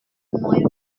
moins